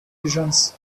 visions